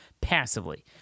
passively